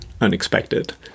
unexpected